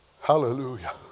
hallelujah